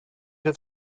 have